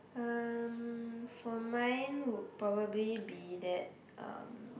um for mine would probably be that um